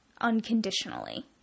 unconditionally